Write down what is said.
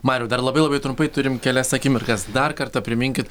mariau dar labai labai trumpai turime kelias akimirkas dar kartą priminkit